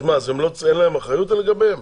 אז אין להם אחריות לגביהם?